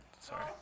Sorry